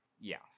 yes